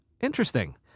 interesting